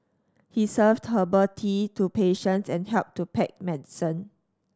he served herbal tea to patients and helped to pack medicine